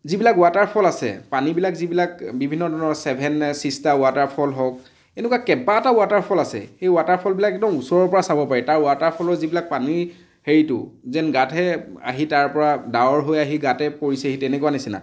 যিবিলাক ৱাটাৰফল আছে পানীবিলাক যিবিলাক বিভিন্ন ধৰণৰ চেভেন ছিষ্টাৰ ৱাটাৰফল হওক এনেকুৱা কেবাটাও ৱাটাৰফল আছে সেই ৱাটাৰফলবিলাক একদম ওচৰৰ পৰা চাব পাৰি তাৰ ৱাটাৰফলৰ যিবিলাক পানী হেৰিটো যেন গাতহে আহি তাৰ পৰা ডাৱৰ হৈ আহি গাতে পৰিছেহি তেনেকুৱা নিচিনা